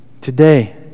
Today